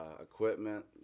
equipment